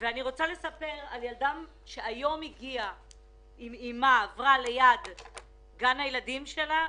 אני רוצה לספר על ילדה שעברה היום ליד גן הילדים שלה.